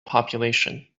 population